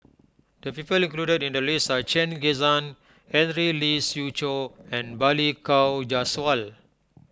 the people included in the list are Chen Kezhan Henri Lee Siew Choh and Balli Kaur Jaswal